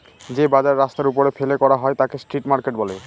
যে বাজার রাস্তার ওপরে ফেলে করা হয় তাকে স্ট্রিট মার্কেট বলে